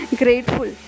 grateful